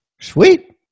Sweet